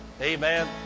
Amen